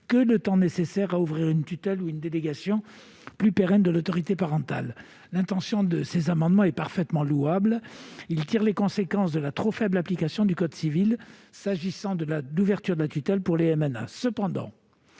que le temps nécessaire à l'ouverture d'une tutelle ou d'une délégation plus pérenne de l'autorité parentale. L'intention des auteurs de ces amendements est parfaitement louable. Il s'agit de tirer les conséquences de la trop faible application du code civil, s'agissant de l'ouverture de la tutelle pour les MNA.